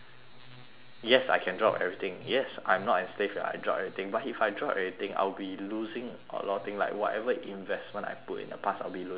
yes I can drop everything yes I'm not as safe if I drop everything but if I drop everything I will be losing a lot of thing like whatever investment I put in the past I'll be losing everything